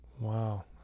Wow